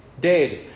dead